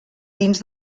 dins